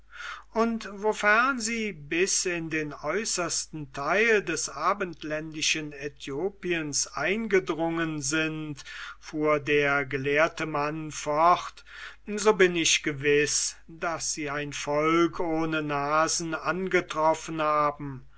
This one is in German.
und wofern sie bis in den äußersten teil des abendländischen aethiopien eingedrungen sind fuhr der gelehrte mann fort so bin ich gewiß daß sie ein volk ohne nasen angetroffen haben